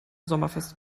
sommerfest